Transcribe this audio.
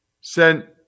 sent